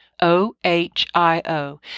O-H-I-O